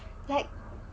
like